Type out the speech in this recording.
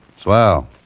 Swell